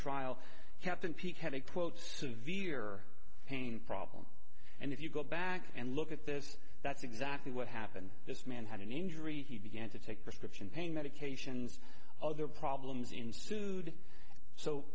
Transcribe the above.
trial captain pete had a quote severe pain problem and if you go back and look at this that's exactly what happened this man had an injury he began to take prescription pain medications other problems ensued so